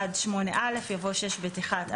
עד (8)".